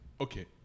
Okay